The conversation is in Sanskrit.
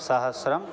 सहस्रम्